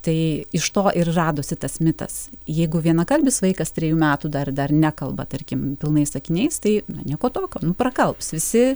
tai iš to ir radosi tas mitas jeigu vienakalbis vaikas trejų metų dar dar nekalba tarkim pilnais sakiniais tai na nieko tikio nu prakalbs visi